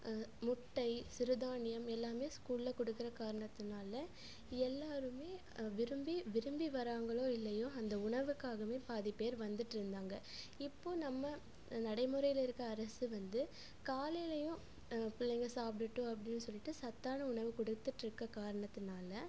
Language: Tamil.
முட்டை சிறுதானியம் எல்லாம் ஸ்கூலில் கொடுக்கற காரணத்துனால் எல்லோருமே விரும்பி விரும்பி வராங்களோ இல்லையோ அந்த உணவுக்காகவே பாதி பேர் வந்துட்டுருந்தாங்க இப்போ நம்ம நடைமுறையில் இருக்கற அரசு வந்து காலைலேயும் அந்த பிள்ளைங்க சாப்பிடுட்டும் அப்படின்னு சொல்லிகிட்டு சத்தான உணவு கொடுத்துட்ருக்க காரணத்துனால்